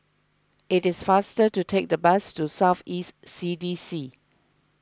it is faster to take the bus to South East C D C